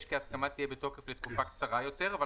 כי ההסכמה תהיה בתוקף לתקופה קצרה יותר".